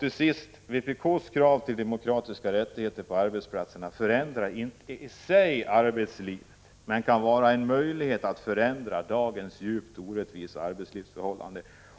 Till sist: Vpk:s krav om demokratiska rättigheter på arbetsplatserna förändrar inte i sig arbetslivet men kan vara en möjlighet att förändra dagens djupt orättvisa arbetslivsförhållanden.